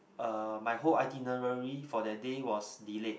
uh my whole itinerary for that day was delayed